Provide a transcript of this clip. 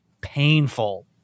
painful